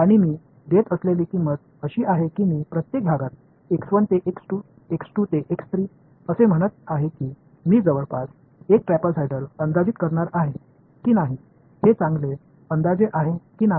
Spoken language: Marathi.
आणि मी देत असलेली किंमत अशी आहे की मी प्रत्येक विभागात ते ते असे म्हणत आहे की मी जवळपास एक ट्रॅपेझोइडल अंदाजित करणार आहे की नाही हे चांगले अंदाजे आहे की नाही